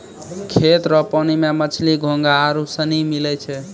खेत रो पानी मे मछली, घोंघा आरु सनी मिलै छै